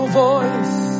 voice